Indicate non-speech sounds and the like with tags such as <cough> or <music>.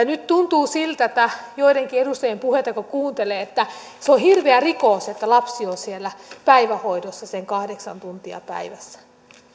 <unintelligible> nyt tuntuu siltä joidenkin edustajien puheita kun kuuntelee että se on hirveä rikos että lapsi on siellä päivähoidossa sen kahdeksan tuntia päivässä